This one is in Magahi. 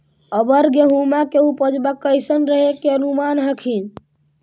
अबर गेहुमा के उपजबा कैसन रहे के अनुमान हखिन?